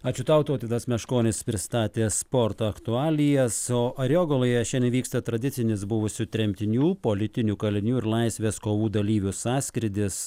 ačiū tau tautvydas meškonis pristatė sporto aktualijas o ariogaloje šiandien vyksta tradicinis buvusių tremtinių politinių kalinių ir laisvės kovų dalyvių sąskrydis